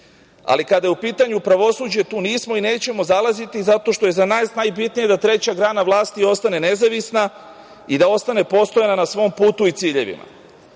ali kada je u pitanju pravosuđe tu nismo i nećemo zalaziti zato što je za nas najbitnije da treća grana vlasti ostane nezavisna i da ostane postojana na svom putu i ciljevima.U